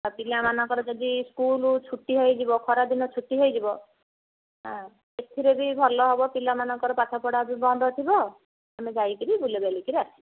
ପିଲାମାନଙ୍କର ଯଦି ସ୍କୁଲ୍ ଛୁଟି ହେଇଯିବ ଖରା ଦିନ ଛୁଟି ହେଇଯିବ ସେଥିରେ ବି ଭଲ ହେବ ପିଲାମାନଙ୍କର ପାଠପଢ଼ା ବି ବନ୍ଦ ଥିବ ଆମେ ଯାଇକରି ବୁଲିବାଲି କରି ଆସିବା